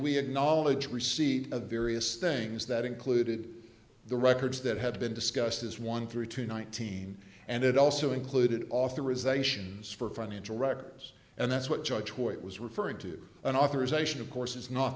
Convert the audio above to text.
we acknowledge receipt of various things that included the records that had been discussed as one through to nineteen and it also included authorizations for financial records and that's what judge white was referring to an authorization of course is not